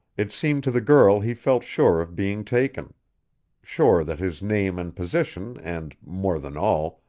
it seemed to the girl he felt sure of being taken sure that his name and position and, more than all,